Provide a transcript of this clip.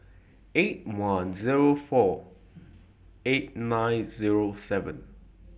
eight one Zero four eight nine Zero seven